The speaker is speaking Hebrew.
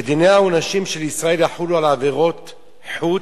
שדיני העונשין של ישראל יחולו על עבירות חוץ,